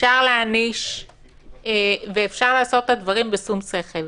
אפשר להעניש ואפשר לעשות את הדברים בשום שכל.